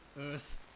Earth